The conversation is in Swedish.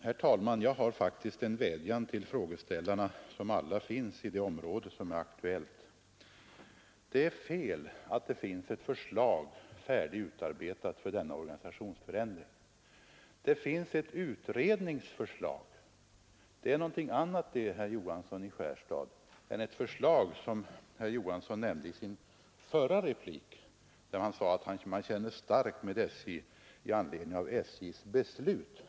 Herr talman! Jag har faktiskt en vädjan till frågeställarna, som alla bor i det område som är aktuellt. Det är fel att det skulle finnas ett förslag färdigt och antaget av SJ för denna organisationsförändring. Det finns ett utredningsförslag, och det är någonting annat, herr Johansson i Skärstad, än det som herr Johansson nämnde i sin förra replik när han sade att man känner starkt med Nässjö kommun i anledning av SJ: beslut.